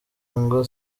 ngo